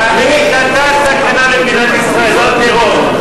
תאמין לי, אתה סכנה למדינת ישראל, לא הטרור.